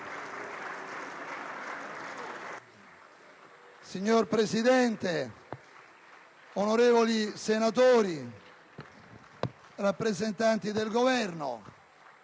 Signor Presidente, onorevoli senatori, rappresentanti del Governo,